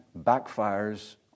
backfires